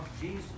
Jesus